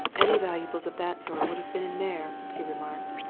any valuables of that sort would have been in there, he remarked.